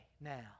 now